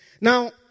Now